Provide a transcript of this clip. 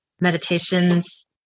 meditations